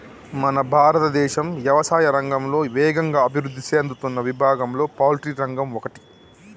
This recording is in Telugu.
మన భారతదేశం యవసాయా రంగంలో వేగంగా అభివృద్ధి సేందుతున్న విభాగంలో పౌల్ట్రి రంగం ఒకటి